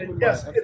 Yes